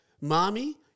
mommy